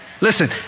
Listen